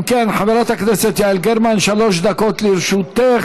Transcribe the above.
אם כן, חברת הכנסת יעל גרמן, שלוש דקות לרשותך.